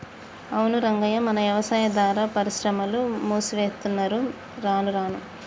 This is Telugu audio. అవును రంగయ్య మన యవసాయాదార పరిశ్రమలు మూసేత్తున్నరు రానురాను